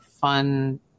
fun